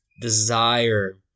desire